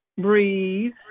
breathe